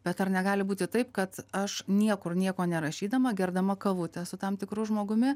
bet ar negali būti taip kad aš niekur nieko nerašydama gerdama kavutę su tam tikru žmogumi